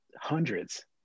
hundreds